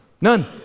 none